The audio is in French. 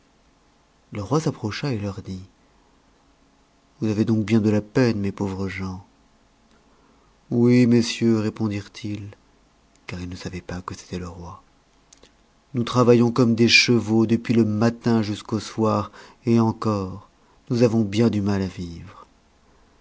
le roi s'approcha et leur dit vous avez donc bien de la peine mes pauvres gens oui monsieur répondirent-ils car ils ne savaient pas que c'était le roi nous travaillons comme des chevaux depuis le matin jusqu'au soir et encore nous avons bien du mal à vivre